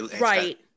Right